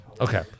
Okay